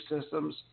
systems